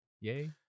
Yay